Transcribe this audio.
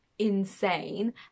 Insane